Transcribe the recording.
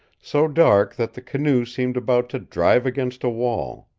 so dark that the canoe seemed about to drive against a wall.